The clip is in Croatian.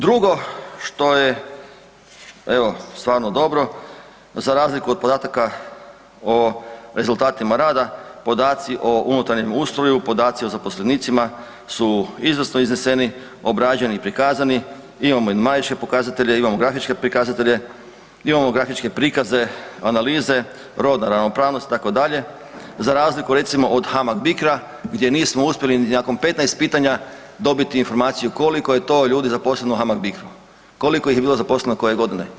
Drugo što je evo stvarno dobro za razliku od podataka o rezultatima rada, podaci o unutarnjem ustroju, podaci o zaposlenicima su izvrsno izneseni, obrađeni i prikazani, imamo … pokazatelje, imamo grafičke pokazatelje, imamo grafičke prikaze, analize, rodna ravnopravnost itd., za razliku od HAMAG-BIRCRO-a gdje nismo uspjeli ni nakon 15 pitanja dobiti informaciju koliko je to ljudi zaposleno u HAMAG-BRCRO-u, koliko ih je bilo zaposleno koje godine.